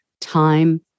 time